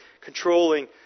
controlling